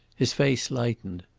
his face lightened.